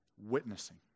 witnessing